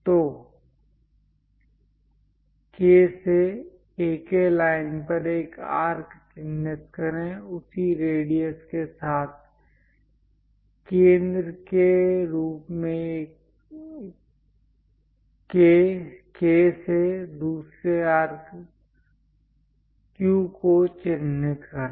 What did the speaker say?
तो K से AK line पर एक आर्क चिह्नित करें उसी रेडियस के साथ केंद्र के रूप में K से दूसरे आर्क Q को चिह्नित करें